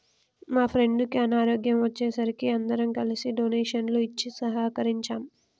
మా ఫ్రెండుకి అనారోగ్యం వచ్చే సరికి అందరం కలిసి డొనేషన్లు ఇచ్చి సహకరించాం